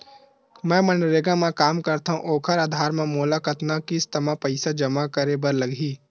मैं मनरेगा म काम करथव, ओखर आधार म मोला कतना किस्त म पईसा जमा करे बर लगही?